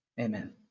Amen